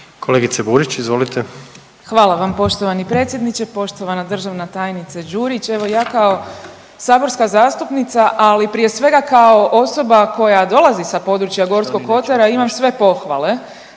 **Burić, Majda (HDZ)** Hvala vam poštovani predsjedniče, poštovana državna tajnice Đurić. Evo ja kao saborska zastupnica, ali prije svega kao osoba koja dolazi sa područja Gorskog kotara imam sve pohvale